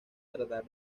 tratar